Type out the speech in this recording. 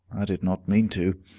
i did not mean to.